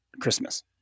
Christmas